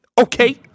okay